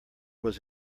was